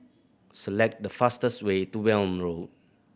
select the fastest way to Welm Road